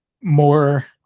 more